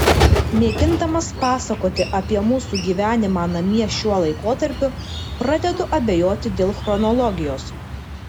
mėgindamas pasakoti apie mūsų gyvenimą namie šiuo laikotarpiu pradedu abejoti dėl chronologijos